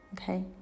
Okay